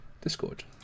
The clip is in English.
Discord